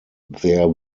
there